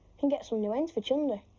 can get some new hens for chunder.